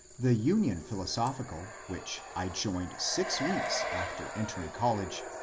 the union philosophical, which i joined six weeks after entering college,